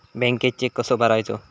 बँकेत चेक कसो भरायचो?